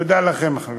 תודה לכם, חברים.